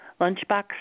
lunchbox